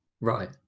Right